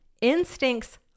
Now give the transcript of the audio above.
Instincts